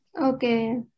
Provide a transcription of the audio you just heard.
Okay